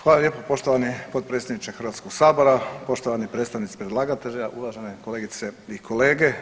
Hvala lijepo poštovani potpredsjedniče Hrvatskog sabora, poštovani predstavnici predlagatelja, uvažene kolegice i kolege.